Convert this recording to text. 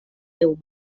déu